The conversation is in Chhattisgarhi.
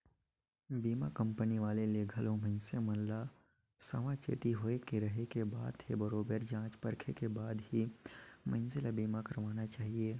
बीमा कंपनी वाले ले घलो मइनसे मन ल सावाचेती होय के रहें के बात हे बरोबेर जॉच परखे के बाद ही मइनसे ल बीमा करवाना चाहिये